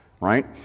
right